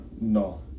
no